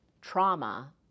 trauma